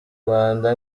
rwanda